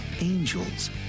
angels